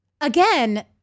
again